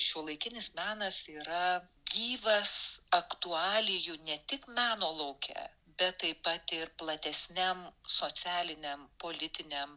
šiuolaikinis menas yra gyvas aktualijų ne tik meno lauke bet taip pat ir platesniam socialiniam politiniam